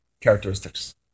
characteristics